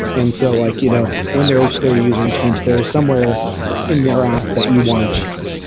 and so like you know when there is clear user intent, there is somewhere in their app that you wanted to go.